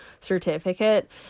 certificate